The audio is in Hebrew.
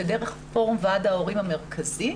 ודרך פורום ועד ההורים המרכזי,